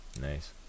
nice